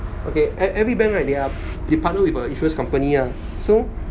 okay ev~ every bank right they ah they partner with an insurance company lah so